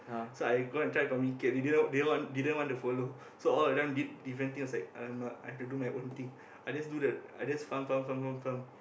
so I go and try to communicate they didn't didn't didn't want to follow so all of them did different things I was like !alamak! I have to do my own thing I just do the I just farm farm farm farm farm